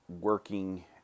working